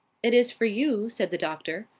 it is for you, said the doctor.